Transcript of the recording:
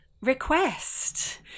request